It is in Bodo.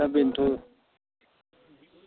दा बेनोथ'